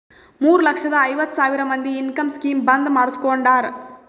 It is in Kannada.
ಮೂರ ಲಕ್ಷದ ಐವತ್ ಸಾವಿರ ಮಂದಿ ಇನ್ಕಮ್ ಸ್ಕೀಮ್ ಬಂದ್ ಮಾಡುಸ್ಕೊಂಡಾರ್